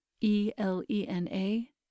E-L-E-N-A